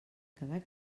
quedar